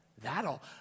That'll